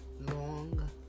long